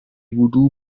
voodoo